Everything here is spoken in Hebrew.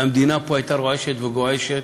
והמדינה פה הייתה רועשת וגועשת,